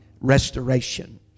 restoration